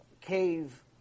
cave